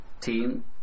team